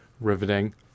riveting